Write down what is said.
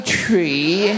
tree